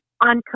on